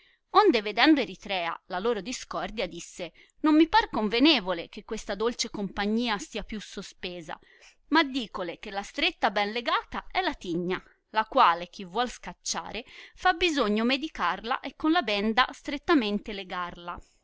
onde vedendo eritrea la loro discordia disse non mi par convenevole che questa dolce compagnia stia più sospesa ma dicole che la stretta ben legata è la tigna la quale chi vuol scacciare fa bisogno medicarla e con la benda strettamente legarla